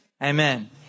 amen